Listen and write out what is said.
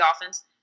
offense